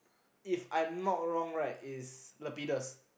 if I'm not wrong right it's Lapidas